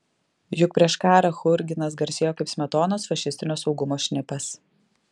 juk prieš karą churginas garsėjo kaip smetonos fašistinio saugumo šnipas